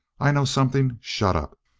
i know something. shut up!